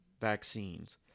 vaccines